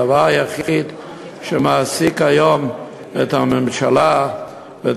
הדבר היחיד שמעסיק היום את הממשלה ואת